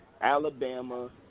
Alabama